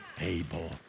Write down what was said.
able